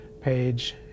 page